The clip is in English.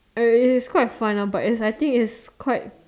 uh its quite fun lah but I think it's quite